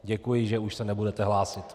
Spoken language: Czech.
Děkuji, že už se nebudete hlásit.